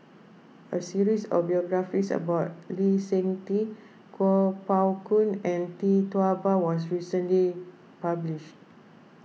a series of biographies about Lee Seng Tee Kuo Pao Kun and Tee Tua Ba was recently published